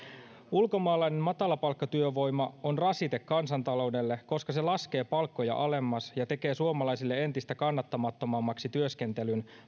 ulkomaalainen matalapalkkatyövoima on rasite kansantaloudelle koska se laskee palkkoja alemmas ja tekee suomalaisille entistä kannattamattomammaksi työskentelyn